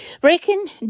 Breaking